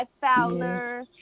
Fowler